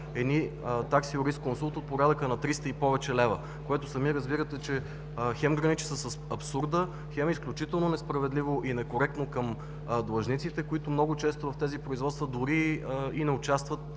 такси „юрисконсулт“ от порядъка на 300 и повече лева. Сами разбирате, че това хем граничи с абсурда, хем е изключително несправедливо и некоректно към длъжниците, които много често в тези производства дори не участват,